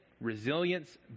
resilience